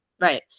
right